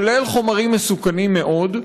כולל חומרים מסוכנים מאוד,